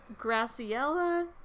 Graciella